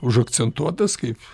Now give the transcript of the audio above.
užakcentuotas kaip